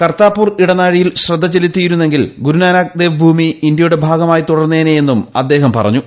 കർത്താപൂർ ഇടനാഴിയിൽ ശ്രദ്ധ ചെലുത്തിയിരുന്നെങ്കിൽ ഗുരു നാനാക്ക് ദേവ് ഭൂമി ഇന്ത്യയുടെ ഭാഗമായി തുടർന്നേനെയെന്നും അദ്ദേഹം പറഞ്ഞു